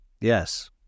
Yes